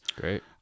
great